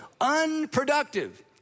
unproductive